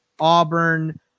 Auburn